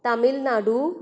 Tamil Nadu